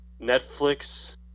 Netflix